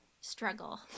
struggle